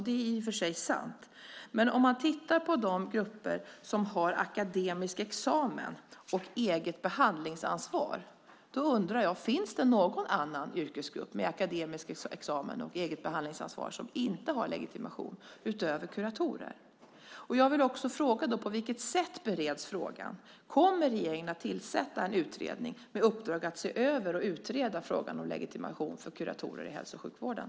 Det är i och för sig sant, men låt oss titta på de grupper som har akademisk examen och eget behandlingsansvar. Jag undrar om det finns någon annan yrkesgrupp med akademisk examen och eget behandlingsansvar som inte har legitimation utöver kuratorer. Jag vill också fråga: På vilket sätt bereds frågan? Kommer regeringen att tillsätta en utredning med uppdrag att se över och utreda frågan om legitimation för kuratorer i hälso och sjukvården?